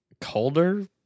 Colder